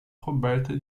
coberta